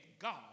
God